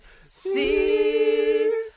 see